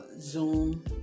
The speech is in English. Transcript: Zoom